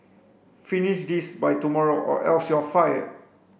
finish this by tomorrow or else you'll fired